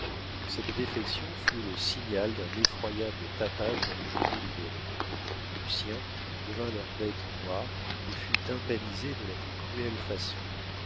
cette défection fut le signal d'un effroyable tapage dans les journaux libéraux lucien devint leur bête noire et fut tympanisé de la plus cruelle façon